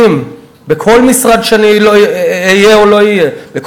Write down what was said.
בכל משרד שאני אהיה או לא אהיה בו,